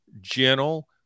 gentle